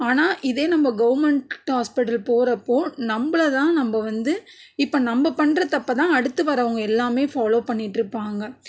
ஆனால் இதே நம்ம கவர்மெண்ட் ஹாஸ்பிட்டல் போகறப்போ நம்பளை தான் நம்ப வந்து இப்போ நம்ம பண்ணுற தப்பை தான் அடுத்து வரவங்க எல்லாமே ஃபாலோவ் பண்ணிட்டுருப்பாங்க